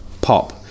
pop